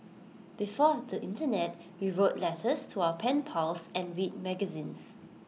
before the Internet we wrote letters to our pen pals and read magazines